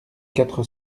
quatre